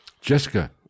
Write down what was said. Jessica